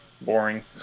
Boring